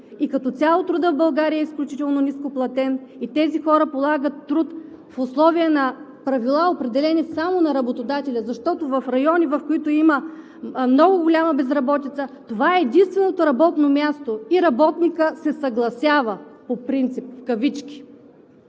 Като цяло трудът в България е изключително нископлатен и тези хора полагат труд в условия на правила, определени само от работодателя. Защото в райони, в които има много голяма безработица, това е единственото работно място и работникът се съгласява по принцип, в кавички.